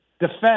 defense